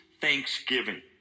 thanksgiving